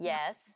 Yes